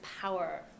power